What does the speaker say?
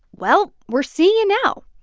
well, we're seeing it now.